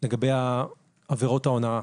לגבי עבירות ההונאה.